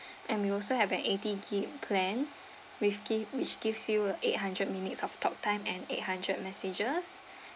and we also have an eighty gigabytes plan with giv~ which gives you a eight hundred minutes of talk time and eight hundred messages